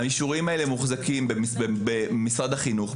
האישורים האלה מוחזקים במשרד החינוך,